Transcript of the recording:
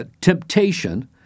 temptation